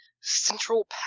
central